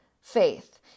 faith